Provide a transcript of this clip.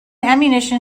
ammunition